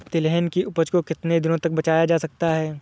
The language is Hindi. तिलहन की उपज को कितनी दिनों तक बचाया जा सकता है?